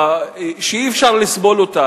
שאי-אפשר לסבול אותה,